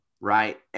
right